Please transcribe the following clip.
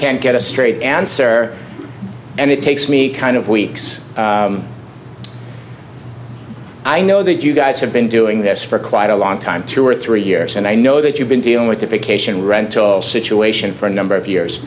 can't get a straight answer and it takes me kind of weeks i know that you guys have been doing this for quite a long time two or three years and i know that you've been dealing with the pick ation rental situation for a number of years